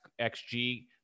XG